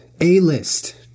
A-list